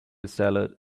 salad